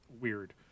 weird